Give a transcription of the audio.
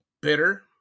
bitter